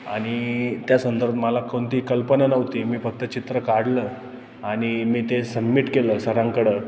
आणि त्या संदर्भ मला कोणती कल्पना नव्हती मी फक्त चित्र काढलं आणि मी ते सबमिट केलं सरांकडं